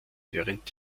während